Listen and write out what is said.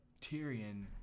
Tyrion